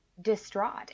distraught